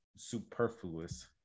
superfluous